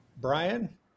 Brian